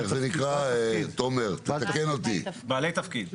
בעלי תפקיד.